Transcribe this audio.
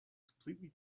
completely